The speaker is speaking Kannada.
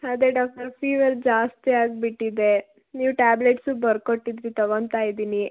ಅದೇ ಡಾಕ್ಟರ್ ಫೀವರ್ ಜಾಸ್ತಿ ಆಗಿಬಿಟ್ಟಿದೆ ನೀವು ಟಾಬ್ಲೆಟ್ಸು ಬರ್ಕೊಟ್ಟಿದ್ದಿರಿ ತೊಗೋತಾ ಇದ್ದೀನಿ